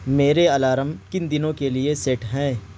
میرے الارم کن دنوں کے لیے سیٹ ہیں